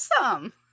Awesome